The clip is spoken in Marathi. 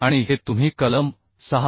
आणि हे तुम्ही कलम 6